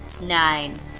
Nine